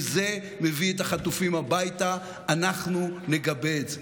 אם זה מביא את החטופים הביתה, אנחנו נגבה את זה.